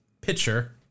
Pitcher